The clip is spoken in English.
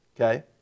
Okay